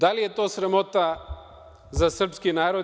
Da li je to sramota za srpski narod?